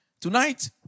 Tonight